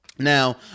Now